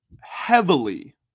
heavily